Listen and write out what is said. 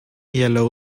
yellow